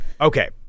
Okay